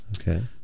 Okay